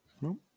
No